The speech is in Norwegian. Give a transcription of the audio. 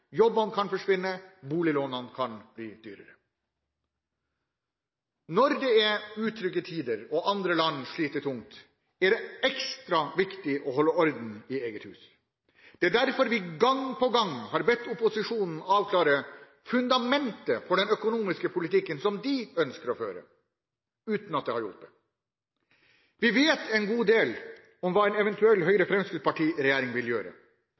Jobbene kan forsvinne, og boliglånene kan bli dyrere. Når det er utrygge tider, og andre land sliter tungt, er det ekstra viktig å holde orden i eget hus. Det er derfor vi gang på gang har bedt opposisjonen avklare fundamentet for den økonomiske politikken som de ønsker å føre, uten at det har hjulpet. Vi vet en god del om hva en eventuell Høyre–Fremskrittsparti-regjering vil gjøre. Mer av pengene vil